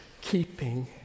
keeping